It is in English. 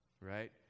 right